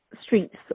streets